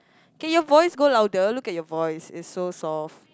can your voice go louder look at your voice it's so soft